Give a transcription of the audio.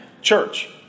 church